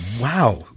Wow